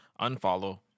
unfollow